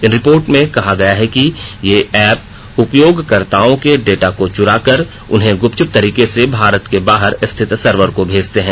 इन report में कहा गया है कि ये एप उपयोगकर्ताओं के डेटा को चुराकर उन्हें गुपचुक तरीके से भारत के बाहर स्थित सर्वर को भेजते हैं